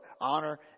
honor